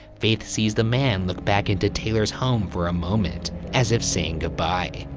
faith sees the man look back into taylor's home for a moment as if saying goodbye.